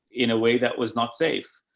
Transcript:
in a way that was not safe.